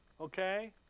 okay